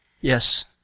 Yes